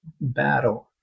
battle